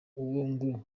uwo